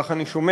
כך אני שומע,